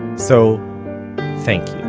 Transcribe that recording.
so thank